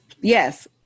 Yes